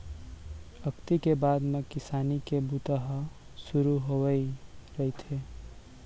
अक्ती के बाद म किसानी के बूता ह सुरू होवइया रहिथे